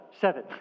seven